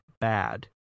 bad